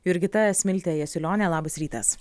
jurgita smiltė jasiulionienė labas rytas